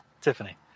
Tiffany